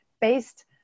based